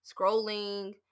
scrolling